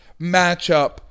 matchup